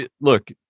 look